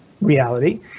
reality